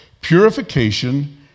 purification